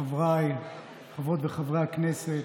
חבריי חברות וחברי הכנסת,